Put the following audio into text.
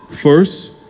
First